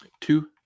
Two